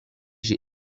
j’ai